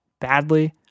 badly